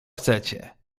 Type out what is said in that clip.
chcecie